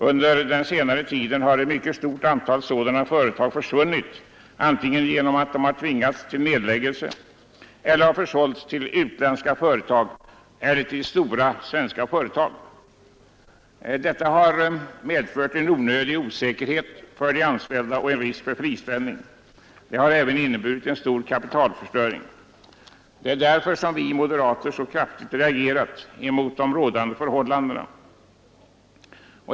Under den senare tiden har ett mycket stort antal sådana företag försvunnit, antingen genom att de har tvingats till nedläggelse eller försålts till utländska företag eller till stora svenska företag. Detta har medfört en onödig osäkerhet för de anställda och risk för friställning. Det har även inneburit en stor kapitalförstöring, Det är därför som vi moderater så kraftigt reagerat mot de rådande förhållandena.